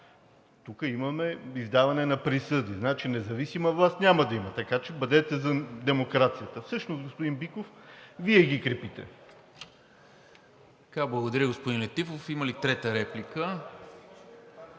Тук имаме издаване на присъди. Значи независима власт няма да има, така че бъдете за демокрацията. Всъщност, господин Биков, Вие ги крепите. ПРЕДСЕДАТЕЛ НИКОЛА МИНЧЕВ: Благодаря, господин Летифов. Има ли трета реплика?